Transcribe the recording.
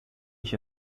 ich